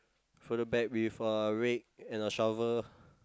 further back with a red and a shovel